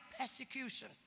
persecution